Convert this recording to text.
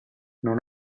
non